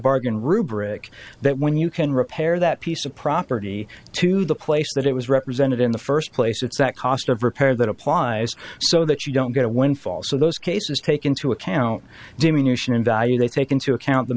bargain rubric that when you can repair that piece of property to the place that it was represented in the first place it's that cost of repair that applies so that you don't get a windfall so those cases take into account diminution in value they take into account the